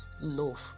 love